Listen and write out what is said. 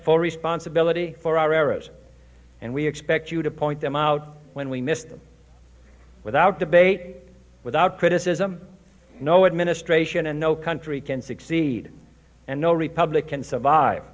full responsibility for our arrows and we expect you to point them out when we missed them without debate without criticism no administration and no country can succeed and no republican survive